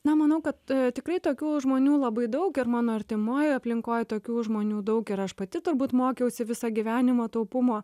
na manau kad tikrai tokių žmonių labai daug ir mano artimoj aplinkoj tokių žmonių daug ir aš pati turbūt mokiausi visą gyvenimą taupumo